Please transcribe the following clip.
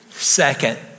Second